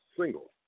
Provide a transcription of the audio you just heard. single